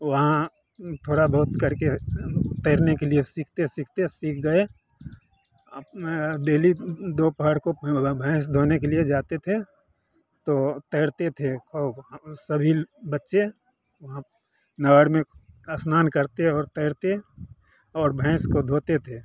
वहाँ थोड़ा बहुत करके तैरने के लिए सीखते सीखते सीख गए डेली दोपहर को भैंस धोने के लिए जाते थे तो तैरते थे और सभी बच्चे वहाँ नहर में स्नान करते और तैरते और भैंस को धोते थे